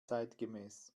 zeitgemäß